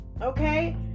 okay